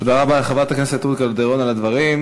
תודה רבה לחברת הכנסת רות קלדרון על הדברים.